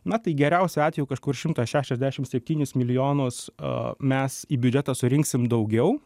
na tai geriausiu atveju kažkur šimtą šešiasdešim septynis milijonus a mes į biudžetą surinksim daugiau